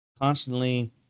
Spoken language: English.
constantly